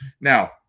Now